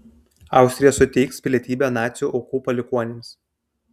austrija suteiks pilietybę nacių aukų palikuonims